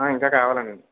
ఇంకా కావాలండి